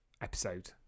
episode